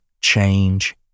change